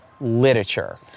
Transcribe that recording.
literature